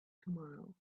tomorrow